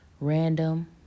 random